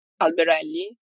alberelli